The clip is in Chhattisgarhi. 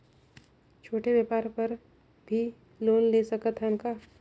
छोटे व्यापार बर भी लोन ले सकत हन का?